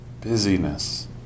busyness